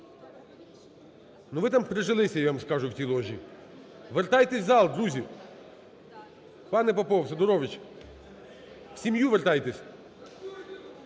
ну, ви там прижилися, я вам скажу, в тій ложі, вертайтесь в зал, друзі. Пане Попов, Сидорович, в сім'ю вертайтесь.